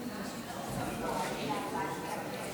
הכנסת להחלטה.